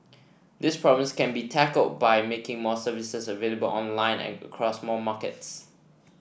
these problems can be tackled by making more services available online and across more markets